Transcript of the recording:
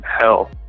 hell